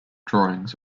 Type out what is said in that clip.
drawings